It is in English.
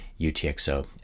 UTXO